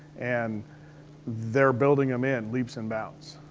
and they're building em in leaps and bounds,